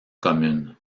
commune